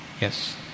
Yes